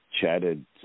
chatted